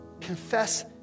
confess